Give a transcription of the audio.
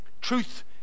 Truth